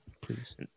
please